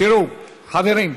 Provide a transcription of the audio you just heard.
תראו, חברים,